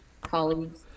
colleagues